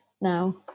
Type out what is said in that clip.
now